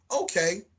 okay